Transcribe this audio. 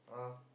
uh